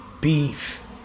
beef